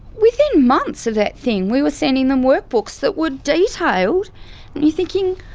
within months of that thing we were sending them workbooks that were detailed. and you're thinking,